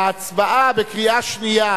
ההצבעה בקריאה שנייה,